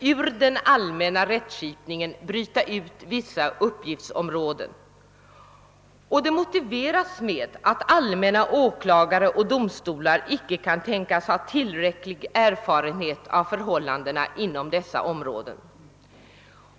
ur den allmänna rättsskipningen bryta ut vissa uppgiftsområden; motiveringen för åtgärden är att åklagare och domstolar inte kan ha tillräcklig erfarenhet av förhållandena inom dessa områden.